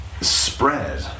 spread